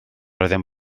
oeddem